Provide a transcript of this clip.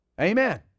Amen